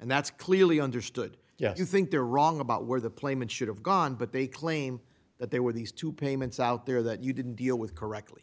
and that's clearly understood yes you think they're wrong about where the placement should have gone but they claim that there were these two payments out there that you didn't deal with correctly